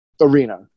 arena